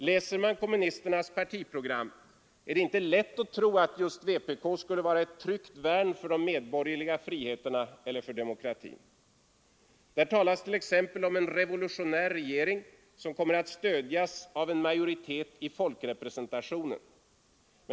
Läser man kommunisternas partiprogram är det inte lätt att tro att just vpk skulle vara ett tryggt värn för de medborgerliga rättigheterna eller för demokratin. Där talas t.ex. om en ”revolutionär regering” som kommer att stödjas av en ”majoritet i folkrepresentationen”.